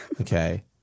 okay